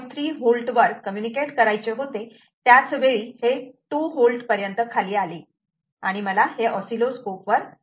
3 V वर communicate करायचे होते त्याच वेळी हे 2 V पर्यंत खाली आले आणि मला हे ऑस्सीलोस्कोप वर दिसले